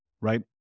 right